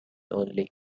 only